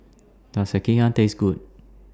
Does Sekihan Taste Good